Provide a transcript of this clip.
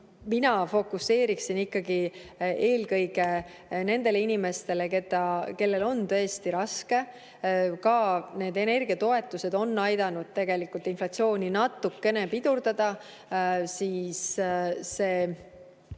Mina fokuseeriks siin ikkagi eelkõige nendele inimestele, kellel on tõesti raske. Ka need energiatoetused on aidanud inflatsiooni natukene pidurdada. Kui ma